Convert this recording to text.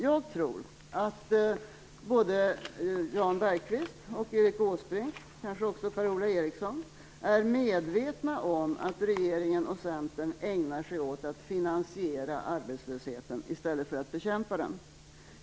Jag tror att både Jan Bergqvist och Erik Åsbrink, kanske också Per-Ola Eriksson, är medvetna om att regeringen och Centern ägnar sig åt att finansiera arbetslösheten i stället för att bekämpa den.